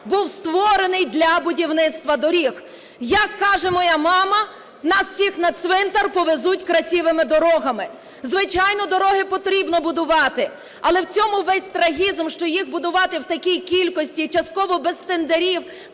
був створений для будівництва доріг. Як каже моя мама: "Нас всіх на цвинтар повезуть красивими дорогами". Звичайно, дороги потрібно будувати, але в цьому весь трагізм, що їх будувати в такій кількості, і частково без тендерів,